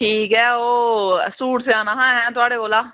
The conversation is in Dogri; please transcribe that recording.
ठीक ऐ ओह् सूट सेआना हा थुआढ़े कोला